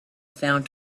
found